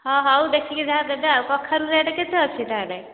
ହଁ ହଉ ଦେଖିକି ଯାହା ଦେବେ ଆଉ କଖାରୁ ରେଟ୍ କେତେ ଅଛି ତା'ହେଲେ